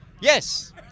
yes